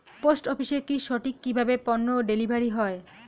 Post অফিসে কি সঠিক কিভাবে পন্য ডেলিভারি হয়?